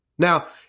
Now